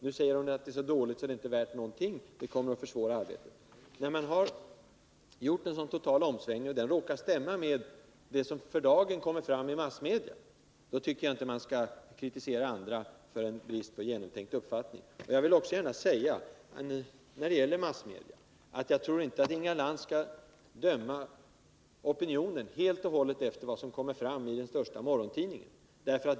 Nu säger hon att den är så dålig att den knappast är värd någonting utan kommer att försvåra arbetet. I och med att man gör en så total omsvängning och den nya uppfattningen råkar överensstämma med vad som för dagen kommer fram i massmedia, då tycker jag inte man skall kritisera andra för brist på genomtänkt uppfattning. Jag tycker inte att Inga Lantz skall utgå från att alla har samma uppfattning som vår största morgontidning.